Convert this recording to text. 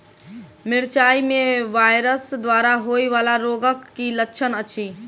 मिरचाई मे वायरस द्वारा होइ वला रोगक की लक्षण अछि?